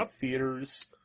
theaters